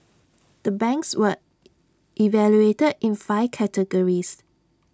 the banks were evaluated in five categories